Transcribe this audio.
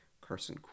Carson